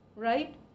Right